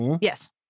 yes